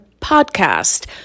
podcast